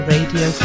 Radio